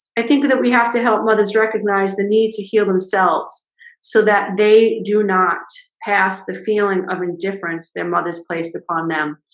i think that we have to help mothers recognize the need to heal themselves so that they do not pass the feeling of indifference their mothers placed upon them.